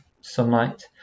sunlight